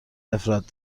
نفرت